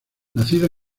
nacido